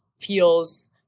feels